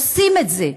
עושים את זה.